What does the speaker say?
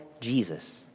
Jesus